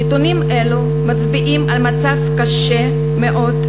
נתונים אלו מצביעים על מצב קשה מאוד,